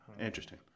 Interesting